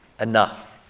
enough